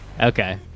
Okay